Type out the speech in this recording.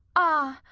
ah!